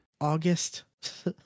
August